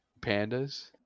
pandas